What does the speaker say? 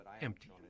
empty